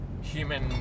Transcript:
human